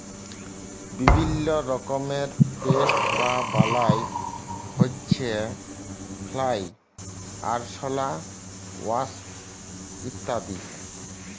বিভিল্য রকমের পেস্ট বা বালাই হউচ্ছে ফ্লাই, আরশলা, ওয়াস্প ইত্যাদি